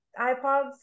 iPods